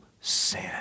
sin